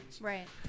Right